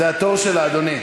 זה התור שלה, אדוני.